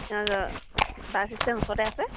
bus stand ওচৰতে আছে